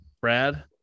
Brad